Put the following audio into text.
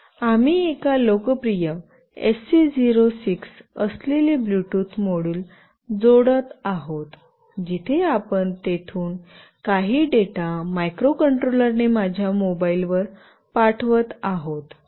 आम्ही एका लोकप्रिय एचसी 06 असलेले ब्लूटूथ मॉड्यूल जोडत आहोत जिथे आपण तेथून काही डेटा मायक्रोकंट्रोलर ने माझ्या मोबाइल फोनवर पाठवत आहोत